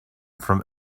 from